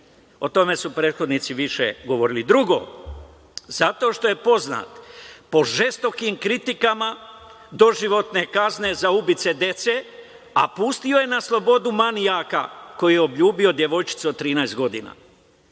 O tome su prethodnici više govorili. Drugo, zato što je poznat po žestokim kritikama doživotne kazne za ubice dece, a pustio je na slobodu manijaka koji je obljubio devojčicu od 13 godina. Treće,